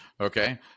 Okay